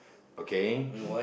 okay